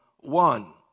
One